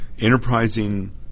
enterprising